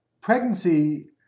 pregnancy